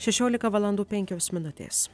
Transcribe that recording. šešiolika valandų penkios minutės